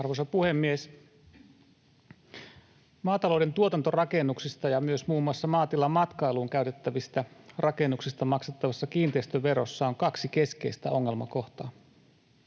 Arvoisa puhemies! Maatalouden tuotantorakennuksista ja myös muun muassa maatilamatkailuun käytettävistä rakennuksista maksettavassa kiinteistöverossa on kaksi keskeistä ongelmakohtaa.